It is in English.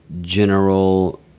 general